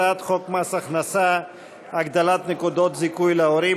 הצעת חוק מס הכנסה (הגדלת נקודות זיכוי להורים,